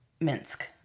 Minsk